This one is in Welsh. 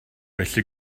felly